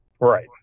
Right